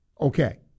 okay